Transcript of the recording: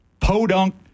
Podunk